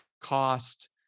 cost